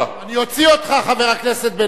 אני אוציא אותך, חבר הכנסת בן-ארי.